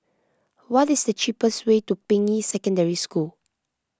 what is the cheapest way to Ping Yi Secondary School